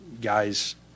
guys